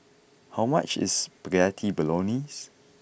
how much is Spaghetti Bolognese